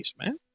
man